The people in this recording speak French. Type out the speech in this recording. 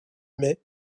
mai